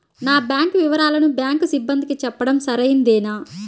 నా బ్యాంకు వివరాలను బ్యాంకు సిబ్బందికి చెప్పడం సరైందేనా?